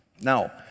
Now